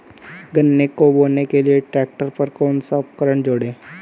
गन्ने को बोने के लिये ट्रैक्टर पर कौन सा उपकरण जोड़ें?